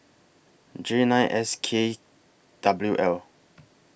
J nine S K W L